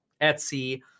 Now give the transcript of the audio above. Etsy